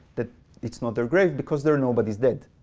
that it's not their grave, because they're nobody's dead.